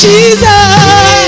Jesus